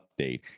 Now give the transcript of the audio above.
update